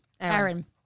Aaron